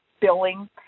billing